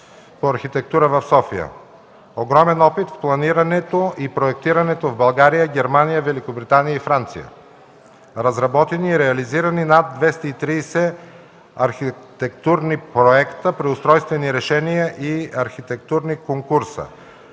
огромен опит в планирането и проектирането в България, Германия, Великобритания и Франция; има разработени и реализирани над 230 архитектурни проекта, преустройствени решения и архитектурни конкурси.